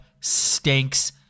stinks